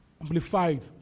Amplified